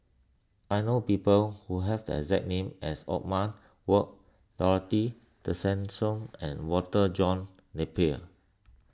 I know people who have the exact name as Othman Wok Dorothy Tessensohn and Walter John Napier